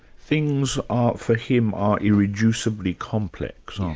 things are for him, are irreducibly complex, aren't